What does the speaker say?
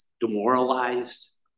Demoralized